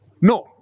no